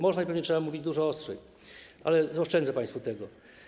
Można i pewnie trzeba mówić dużo ostrzej, ale oszczędzę państwu tego.